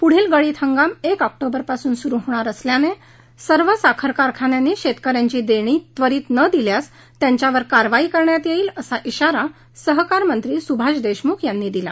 पुढील गळीत हंगाम एक ऑक्टोबरपासून सुरु होणार असल्याने सर्व साखरकारखान्यांनी शेतक यांची देणी त्वरीत न दिल्यास त्यांच्यावर कारवाई करण्यात येईल असा इशारा सहकार मंत्री सुभाष देशमुख यांनी दिला